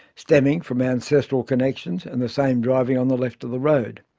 stemming from ancestral connections and the same driving on the left of the road.